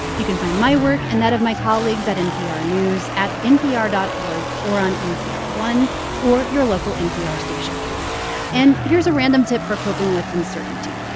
you can find my work and that of my colleagues at npr news at npr dot org or on npr one or your local npr station and here's a random tip for coping with uncertainty.